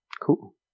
Cool